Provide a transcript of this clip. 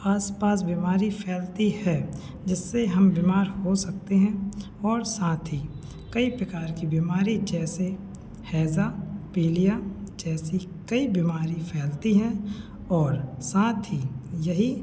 आस पास बीमारी फैलती है जिससे हम बिमार हो सकते हैं और साथ ही कई प्रकार की बीमारी जैसे हैज़ा पीलिया जैसी कई बीमारी फैलती हैं और साथ ही यही